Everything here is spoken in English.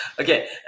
Okay